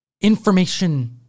information